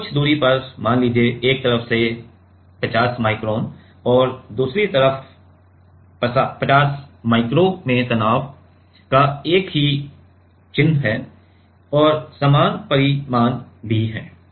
तो कुछ दूरी पर मान लीजिए कि एक तरफ से 50 माइक्रोन और दूसरी तरफ 50 माइक्रो में तनाव का एक ही चिन्ह है और समान परिमाण भी है